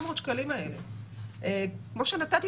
זוכה הרי הוא משלם את האגרה, הוא משלם את ההוצאות.